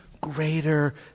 greater